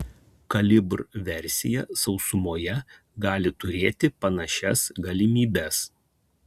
kalibr versija sausumoje gali turėti panašias galimybes